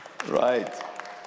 Right